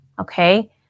okay